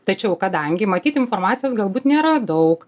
tačiau kadangi matyt informacijos galbūt nėra daug